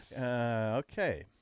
Okay